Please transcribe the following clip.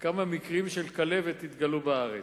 כמה מקרים של כלבת התגלו בארץ.